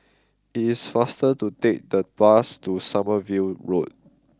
it is faster to take the bus to Sommerville Road